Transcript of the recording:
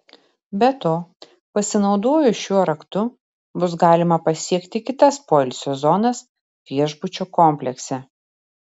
be to pasinaudojus šiuo raktu bus galima pasiekti kitas poilsio zonas viešbučio komplekse